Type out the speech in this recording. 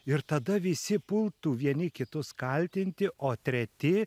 ir tada visi pultų vieni kitus kaltinti o treti